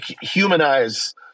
humanize –